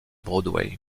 broadway